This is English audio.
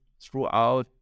throughout